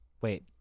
wait